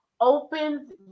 opens